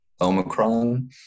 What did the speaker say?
Omicron